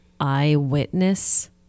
eyewitness